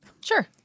Sure